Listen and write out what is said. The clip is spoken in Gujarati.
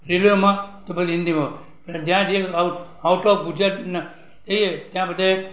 રેલવેમાં તોકે હિન્દીમાં એ જ્યાં જઈએ આઉં આઉટ ઓફ ગુજરાતમાં જઈએ ત્યાં બધે